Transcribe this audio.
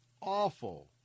awful